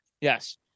Yes